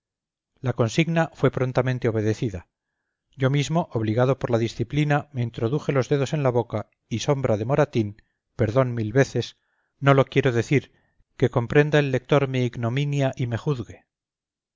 la consigna fue prontamente obedecida yo mismo obligado por la disciplina me introduje los dedos en la boca y sombra de moratín perdón mil veces no lo quiero decir que comprenda el lector mi ignominia y me juzgue